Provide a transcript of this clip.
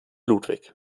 ludwig